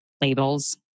labels